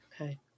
Okay